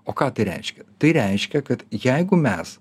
o ką tai reiškia tai reiškia kad jeigu mes